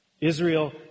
Israel